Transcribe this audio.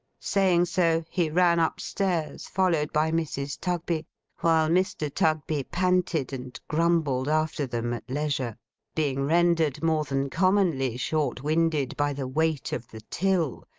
saying so, he ran up-stairs, followed by mrs. tugby while mr. tugby panted and grumbled after them at leisure being rendered more than commonly short-winded by the weight of the till,